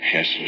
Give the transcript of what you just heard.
Yes